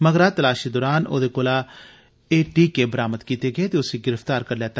मगगरा तलाशी दोरान ओदे कोला एह टीके बरामद कीते ते उस्सी गिरफ्तार करी लैता